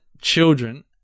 children